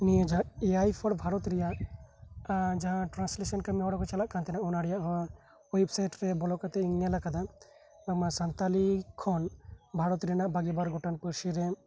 ᱱᱤᱭᱟᱹ A I for Bharat ᱨᱮᱭᱟᱜ ᱡᱟᱦᱟᱸ ᱴᱨᱟᱱᱥᱞᱮᱥᱚᱱ ᱠᱟᱢᱤ ᱠᱚ ᱪᱟᱞᱟᱜ ᱠᱟᱱ ᱛᱟᱦᱮᱸᱱᱟ ᱚᱱᱟ ᱨᱮᱭᱟᱜ ᱦᱚᱸ ᱳᱭᱮᱵᱥᱟᱭᱤᱴ ᱠᱷᱚᱱ ᱵᱚᱞᱚ ᱠᱟᱛᱮ ᱤᱧ ᱧᱮᱞ ᱠᱟᱫᱟ ᱥᱟᱱᱛᱟᱞᱤ ᱠᱷᱚᱱ ᱵᱷᱟᱨᱚᱛ ᱨᱮᱱᱟᱜ ᱵᱟᱜᱮ ᱵᱟᱨ ᱜᱚᱴᱟᱝ ᱯᱟᱹᱨᱥᱤ ᱛᱮ